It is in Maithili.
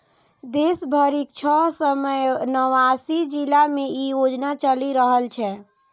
देश भरिक छह सय नवासी जिला मे ई योजना चलि रहल छै